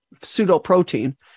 pseudoprotein